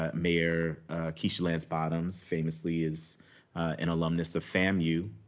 ah mayor keisha lance bottoms, famously is an alumnus of famu.